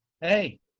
hey